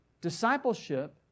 Discipleship